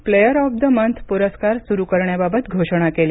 player of the month पुरस्कार सुरू करण्याबाबत घोषणा केली